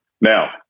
Now